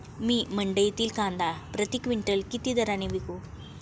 मी मंडईतील कांदा प्रति क्विंटल किती दराने विकू?